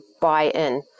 buy-in